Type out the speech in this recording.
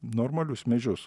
normalius medžius